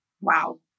wow